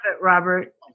robert